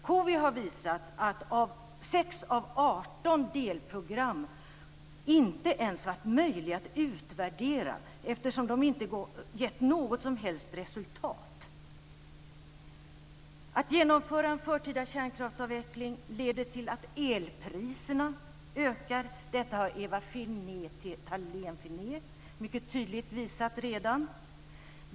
Cowi har visat att 6 av 18 delprogram inte ens har varit möjliga att utvärdera eftersom de inte har gett något som helst resultat. Att genomföra en förtida kärnkraftsavveckling leder till att elpriserna ökar. Detta har Ewa Thalén Finné redan mycket tydligt visat.